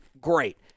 great